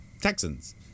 Texans